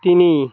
ତିନି